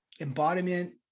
embodiment